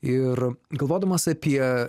ir galvodamas apie